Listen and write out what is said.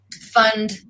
fund